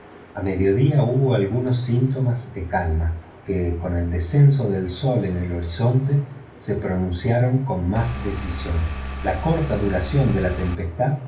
a mediodía hubo algunos síntomas de calma que con el descenso del sol en el horizonte se pronunciaron con más decisión la corta duración de la tempestad